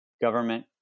government